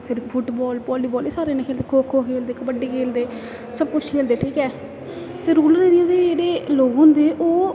फिर football volleyball एह् सारे जने खेलदे खो खो खेलदे कबड्डी खेलदे सब कुछ खेलदे ठीक ऐ ते रूरल एरिया दे जेह्ड़े लोक होंदे ओह्